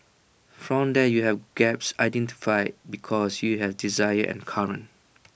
from there you have gaps identified because you have desired and current